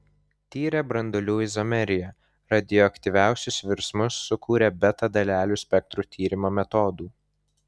tyrė branduolių izomeriją radioaktyviuosius virsmus sukūrė beta dalelių spektrų tyrimo metodų